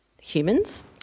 humans